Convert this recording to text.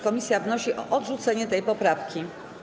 Komisja wnosi o odrzucenie tej poprawki.